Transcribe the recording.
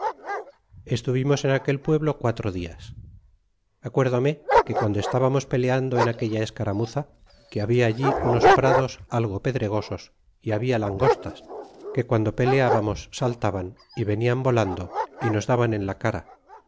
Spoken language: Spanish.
estuvimos en aquel pueblo quatro dias acuérdome que guando estabamos peleando en aquella escaramuza que habia allí unos prados algo pedregosos e habla langostas que guando peleabamos saltaban y venian volando y nos daban en la cara